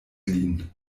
lin